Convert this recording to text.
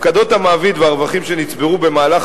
הפקדות המעביד והרווחים שנצברו במהלך